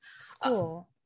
school